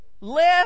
lift